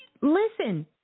listen